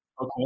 Okay